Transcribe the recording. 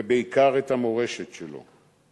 ובעיקר את המורשת שלו.